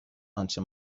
آنچه